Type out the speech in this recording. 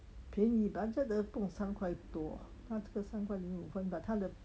便宜 budget 的不懂三块多它这个三块零五分 but 它的